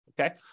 okay